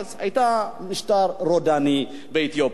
היה משטר רודני באתיופיה,